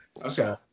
Okay